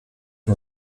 nur